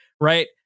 right